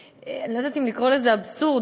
אני לא יודעת אם לקרוא לזה אבסורד,